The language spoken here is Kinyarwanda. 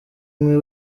umwe